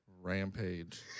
Rampage